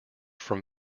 from